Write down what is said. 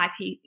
ip